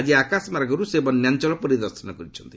ଆକି ଆକାଶମାର୍ଗରୁ ସେ ବନ୍ୟାଞ୍ଚଳ ପରିଦର୍ଶନ କରିଛନ୍ତି